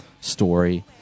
story